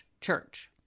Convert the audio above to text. church